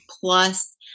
plus